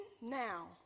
now